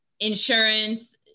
insurance